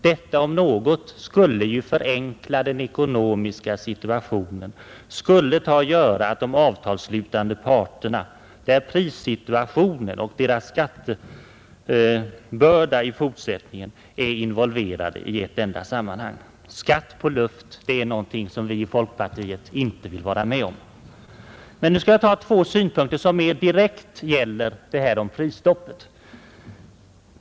Sådana skatteskalor skulle om något förenkla den ekonomiska situationen, skulle göra det lättare för parterna i avtalsförhandlingarna, där prissituationen och skattebördan i fortsättningen är involverade i ett enda sammanhang. Skatt på luft i lönekuverten vill vi i folkpartiet inte vara med om. Låt mig nu anföra två synpunkter som direkt gäller prisstoppet.